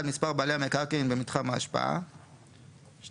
(1) מספר בעלי המקרקעין במתחם ההשפעה; (2)